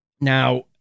Now